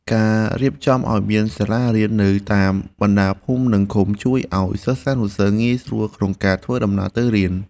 ការរៀបចំឱ្យមានសាលារៀននៅតាមបណ្តាភូមិនិងឃុំជួយឱ្យសិស្សានុសិស្សងាយស្រួលក្នុងការធ្វើដំណើរទៅរៀន។